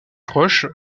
proches